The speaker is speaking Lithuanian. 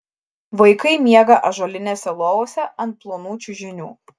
vaikai miega ąžuolinėse lovose ant plonų čiužinių